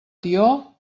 tió